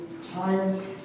time